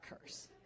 curse